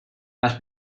las